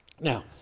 Now